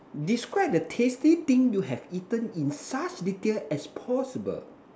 describe the tasty thing you have eaten in fast detail as possible